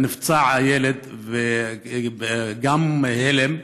הילד נפצע וגם היה בהלם,